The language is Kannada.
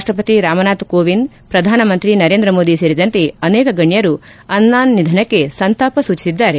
ರಾಪ್ಲಪತಿ ರಾಮ್ನಾಥ್ ಕೋವಿಂದ್ ಶ್ರಧಾನಮಂತ್ರಿ ನರೇಂದ್ರ ಮೋದಿ ಸೇರಿದಂತೆ ಅನೇಕ ಗಣ್ಣರು ಅನ್ನಾನ್ ನಿಧನಕ್ಕೆ ಸಂತಾಪ ಸೂಚಿಸಿದ್ದಾರೆ